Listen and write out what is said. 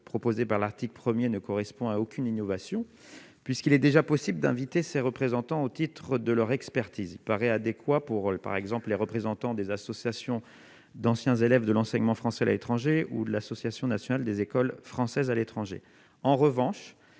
proposée par l'article 1er ne correspond à aucune innovation puisqu'il est déjà possible d'inviter ces représentants au titre de leur expertise, il paraît adéquat pour, par exemple, les représentants des associations d'anciens élèves de l'enseignement français à l'étranger ou de l'association nationale des écoles françaises à l'étranger, en revanche,